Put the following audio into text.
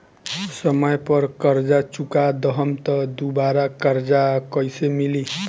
समय पर कर्जा चुका दहम त दुबाराकर्जा कइसे मिली?